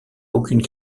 aucune